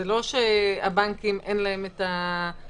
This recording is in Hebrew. זה לא שלבנקים אין את הנכונות.